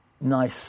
nice